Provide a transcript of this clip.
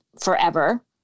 forever